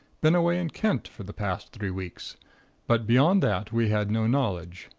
been away in kent for the past three weeks but beyond that, we had no knowledge.